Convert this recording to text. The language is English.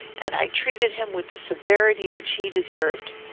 and i treated him with the severity which he deserved.